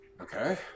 Okay